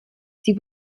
sie